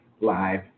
live